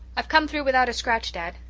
i've come through without a scratch, dad.